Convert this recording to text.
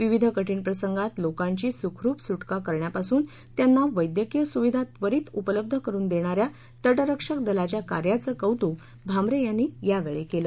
विविध कठीण प्रसंगात लोकांची सुखरुप सुटका करण्यापासून त्यांना वद्धिक्रीय सुविधा त्वरीत उपलब्ध करुन देणाऱ्या तटरंक्षक दलाच्या कार्याचे कौतुक भामरे यांनी यावेळी केलं